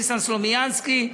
ניסן סלומינסקי,